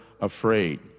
afraid